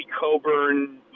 Coburn